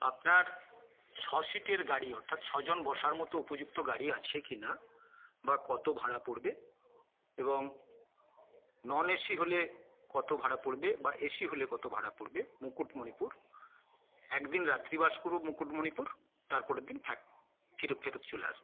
আপনার ছ সিটের গাড়ি অর্থাৎ ছজন বসার মতো উপযুক্ত গাড়ি আছে কি না বা কত ভাড়া পড়বে এবং নন এসি হলে কত ভাড়া পড়বে বা এসি হলে কত ভাড়া পড়বে মুকুটমণিপুর একদিন রাত্রি বাস করবো মুকুটমণিপুর তারপরের দিন ফেরত চলে আসবো